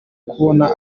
kuboha